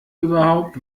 überhaupt